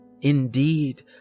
Indeed